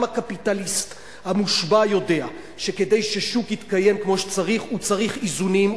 גם הקפיטליסט המושבע יודע שכדי ששוק יתקיים כמו שצריך הוא צריך איזונים,